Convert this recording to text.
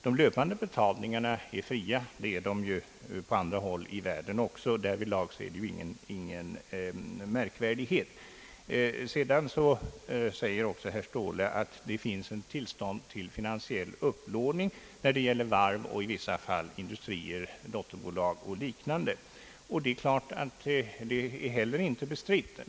De löpande betalningarna är fria. Det är de på andra håll i världen också. Därvidlag föreligger ingen märkvärdighet och ingen oenighet. Vidare säger herr Ståhle, att det finns tillstånd till finansiell upplåning när det gäller varv och i vissa fall industrier, dotierbolag och liknande. Det är heller inte bestritt.